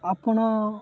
ଆପଣ